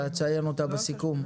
ואציין אותה בסיכום.